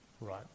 Right